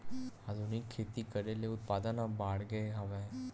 आधुनिक खेती करे ले उत्पादन ह बाड़गे हवय